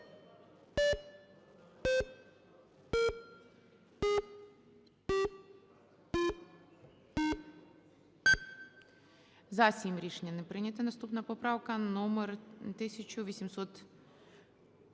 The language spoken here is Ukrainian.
За-7 Рішення не прийнято. Наступна поправка номер 1808.